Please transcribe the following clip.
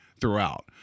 throughout